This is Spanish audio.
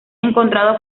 encontrado